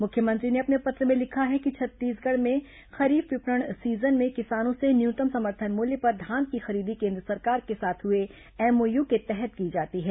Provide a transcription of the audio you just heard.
मुख्यमंत्री ने अपने पत्र में लिखा है कि छत्तीसगढ़ में खरीफ विपणन सीजन में किसानों से न्यूनतम समर्थन मूल्य पर धान की खरीदी केन्द्र सरकार के साथ हुए एमओयू के तहत की जाती है